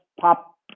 Pop